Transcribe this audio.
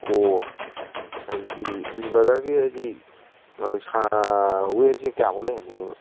ꯑꯣ ꯑꯗꯨꯗꯤ ꯕ꯭ꯔꯗꯔꯒꯤ ꯍꯥꯏꯗꯤ ꯋꯦꯠꯁꯦ ꯀꯌꯥꯃꯨꯛ ꯂꯩꯍꯟꯅꯤꯡꯉꯤꯅꯣ